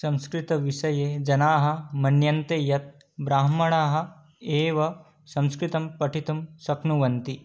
संस्कृतविषये जनाः मन्यन्ते यत् ब्राह्मणाः एव संस्कृतं पठितुं शक्नुवन्ति